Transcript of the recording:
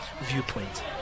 viewpoint